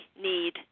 need